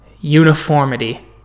uniformity